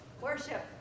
Worship